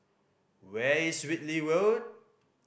where is Whitley Road